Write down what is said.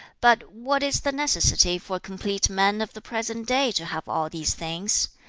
but what is the necessity for a complete man of the present day to have all these things?